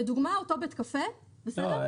לדוגמה, אותו בית קפה, בסדר?